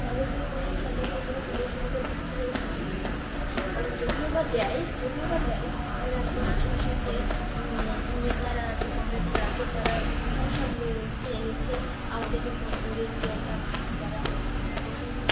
তাদেরকে কোনো সরকার থেকে কোনো সুযোগ সুবিধা দিচ্ছে বলে তো আমার মনে হচ্ছে না কারণ যদিও বা দেয় যদিও বা দেয় তাহলে আমাদের আশেপাশের যে নেতারা আছে কমরেডরা আছে তারা তারা সব খেয়ে নিচ্ছে আমাদেরকে গ আমাদের যা যারা পশু